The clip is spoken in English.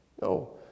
No